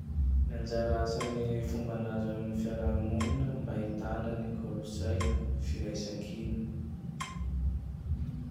Ny anjara asan'ny Fomban-dRaza amin'ny fiaraha-monigne. Mba ahitana ny kolo-tsaina, firaisan-kina.